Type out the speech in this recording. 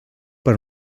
per